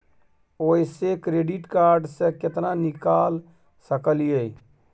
ओयसे credit card से केतना निकाल सकलियै?